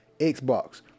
Xbox